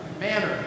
manner